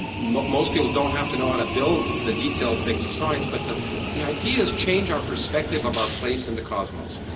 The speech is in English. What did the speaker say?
most people don't have to know how to build the detailed things of science, but but the ideas change our perspective of our place in the cosmos.